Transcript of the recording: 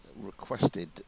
requested